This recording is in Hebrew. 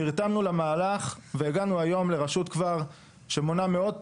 נרתמנו למהלך והגענו היום לרשות שמונה מאות